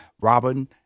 Robin